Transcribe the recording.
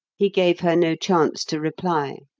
he gave her no chance to reply,